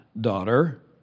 daughter